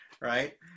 Right